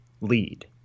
lead